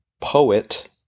poet